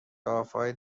دافای